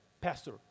Pastor